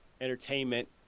entertainment